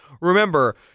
remember